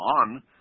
on